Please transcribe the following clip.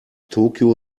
tokyo